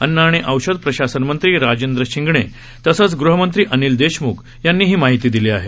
अन्न आणि औषध प्रशासनमंत्री राजेंद्र शिंगणे तसच गृहमंत्री अनिल देशम्ख यांनी ही माहिती दिली आहे